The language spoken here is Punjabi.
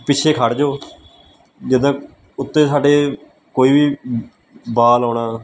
ਪਿੱਛੇ ਖੜ੍ਹ ਜਾਉ ਜਿੱਦਾਂ ਉੱਤੇ ਸਾਡੇ ਕੋਈ ਵੀ ਬਾਲ ਆਉਣਾ